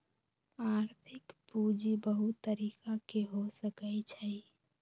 आर्थिक पूजी बहुत तरिका के हो सकइ छइ